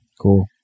Cool